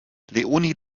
leonie